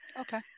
okay